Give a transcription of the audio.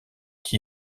qui